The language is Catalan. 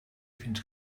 fins